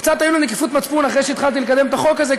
קצת היו לי נקיפות מצפון אחרי שהתחלתי לקדם את החוק הזה,